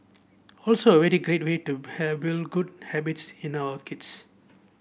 also a very great way to build good habits in our kids